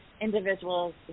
individuals